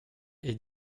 est